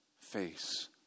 face